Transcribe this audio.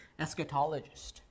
eschatologist